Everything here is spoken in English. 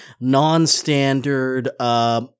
non-standard